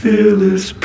Fearless